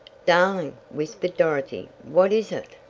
darling! whispered dorothy. what is it?